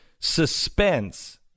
suspense